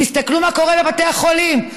תסתכלו מה קורה בבתי החולים: